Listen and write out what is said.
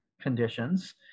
conditions